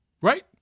Right